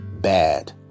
bad